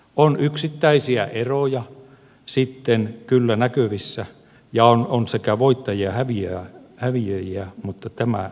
on yksittäisiä eroja kyllä näkyvissä ja on sekä voittajia että häviäjiä mutta tämä näkökulma on selvä